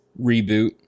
reboot